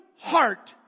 heart